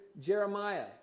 Jeremiah